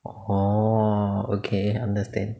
orh okay understand